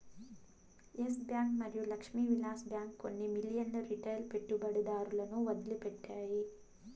yes Bank మరియు లక్ష్మీ విలాస్ బ్యాంక్ కొన్ని మిలియన్ల రిటైల్ పెట్టుబడిదారులను వదిలిపెట్టాయి